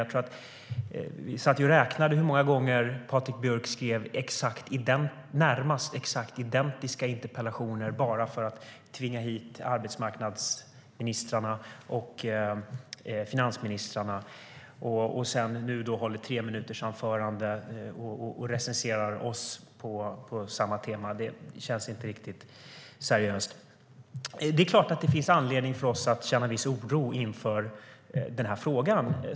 Jag satt och räknade hur många gånger Patrik Björck skrev närmast exakt identiska interpellationer bara för att tvinga hit arbetsmarknadsministern och finansministern. Nu håller han treminutersanföranden och recenserar oss på samma tema. Det känns inte riktigt seriöst. Det är klart att det finns anledning för oss att känna viss oro inför frågan.